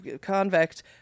convict